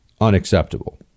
unacceptable